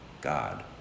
God